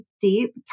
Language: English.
deep